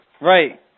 Right